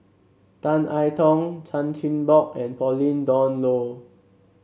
Tan I Tong Chan Chin Bock and Pauline Dawn Loh